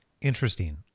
Interesting